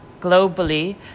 globally